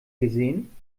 gesehen